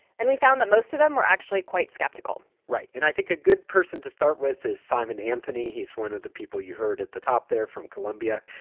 and we found that most of them were actually quite skeptical right. and i think a good person to start with is simon anthony. he's one of the people you heard at the top there from columbia.